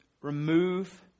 Remove